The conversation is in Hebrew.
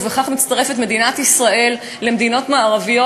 ובכך מדינת ישראל מצטרפת למדינות מערביות